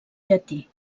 llatí